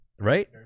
Right